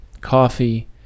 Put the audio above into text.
coffee